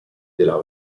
della